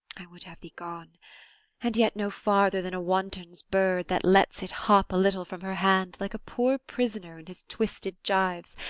i would have thee gone and yet no farther than a wanton's bird that lets it hop a little from her hand, like a poor prisoner in his twisted gyves,